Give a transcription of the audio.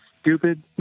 stupid